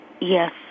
Yes